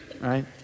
right